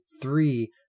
three